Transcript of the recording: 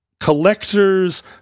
collectors